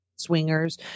swingers